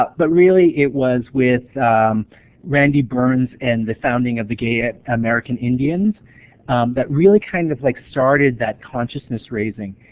but but really it was with randy burns and the founding of the gay american indians that really kind of of like started that consciousness raising,